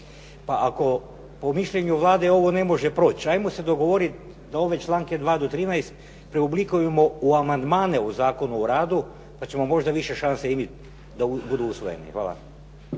Pa ako po mišljenju Vlade ovo ne može proći, 'ajmo se dogovorit da ove članke 2. do 13. preoblikujemo u amandmane u Zakonu o radu pa ćemo možda više šanse imat da budu usvojeni. Hvala.